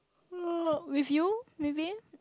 with you with me